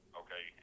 okay